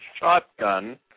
shotgun